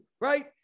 right